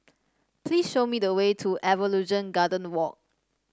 please show me the way to Evolution Garden Walk